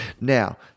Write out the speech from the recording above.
Now